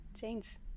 change